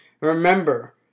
Remember